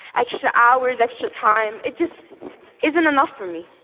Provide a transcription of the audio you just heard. extra hours, extra time it just isn't enough for me.